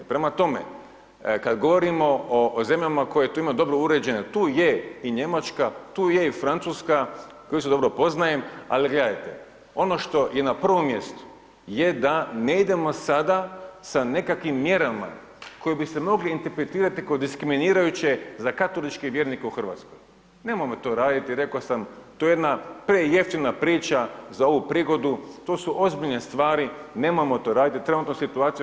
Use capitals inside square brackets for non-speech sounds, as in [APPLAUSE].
Prema tome, kad govorimo o zemljama koje to imaju dobro uređeno, tu je i Njemačka, tu je i Francuska koji isto dobro poznajem, ali gledajte, ono što je na prvom mjestu je da ne idemo sada sa nekakvim mjerama koju biste mogli interpretirati kao diskriminirajuće katoličke vjernike u Hrvatskoj, nemojmo to raditi, rekao sam, to je jedna prejeftina priča za ovu prigodu, to su ozbiljne stvari, nemojmo to raditi, ... [UNINTELLIGIBLE] relaksiramo.